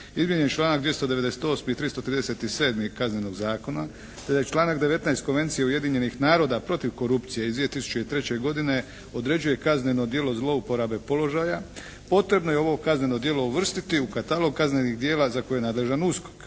izmijenjen članak 298. i 337. Kaznenog zakona te da je članak 19. Konvencije Ujedinjenih naroda protiv korupcije iz 2003. godine određuje kazneno djelo zlouporabe položaja potrebno je ovo kazneno djelo uvrstiti u katalog kaznenih djela za koje je nadležan USKOK.